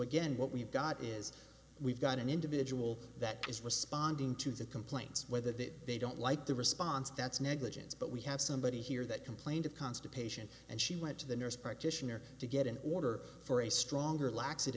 again what we've got is we've got an individual that is responding to the complaints whether that they don't like the response that's negligence but we have somebody here that complained of constipation and she went to the nurse practitioner to get an order for a stronger lax